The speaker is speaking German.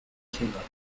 kindern